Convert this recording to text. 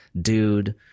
dude